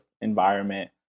environment